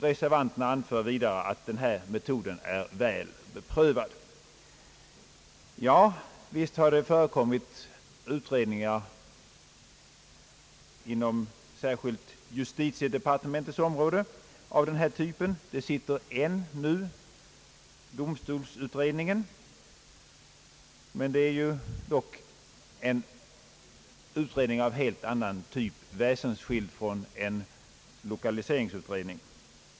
Reservanterna anför vidare att denna metod är väl beprövad. Ja, visst har det förekommit utredningar, särskilt inom = justitiedepartementets område, av denna typ. Det sitter en nu — domstolsutredningen — men det är dock en utredning som är helt väsensskild från lokaliseringsutredningen.